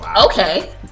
Okay